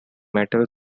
metal